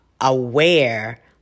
aware